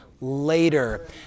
later